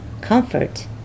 comfort